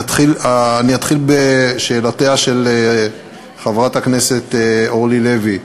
אני אתחיל בשאלתה של חברת הכנסת אורלי לוי.